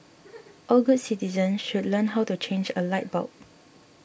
all good citizens should learn how to change a light bulb